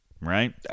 Right